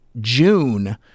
June